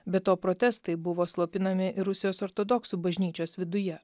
be to protestai buvo slopinami ir rusijos ortodoksų bažnyčios viduje